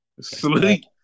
Sleep